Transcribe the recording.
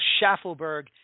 Schaffelberg